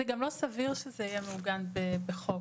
זה גם לא סביר שזה יהיה מעוגן בחוק.